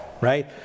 Right